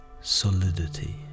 solidity